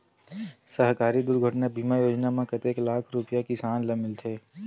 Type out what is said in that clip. सहकारी दुर्घटना बीमा योजना म कतेक लाख रुपिया किसान ल मिलथे?